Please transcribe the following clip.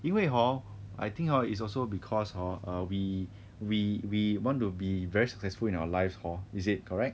因为 hor I think hor it's also because hor err we we we want to be very successful in our lives hor is it correct